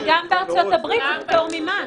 וגם בארצות הברית זה פטור ממס.